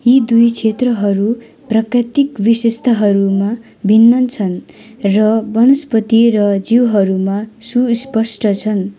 यी दुई क्षेत्रहरू प्राकृतिक विशेषताहरूमा भिन्न छन् र वनस्पति र जीवहरूमा सुस्पष्ट छन्